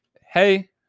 Hey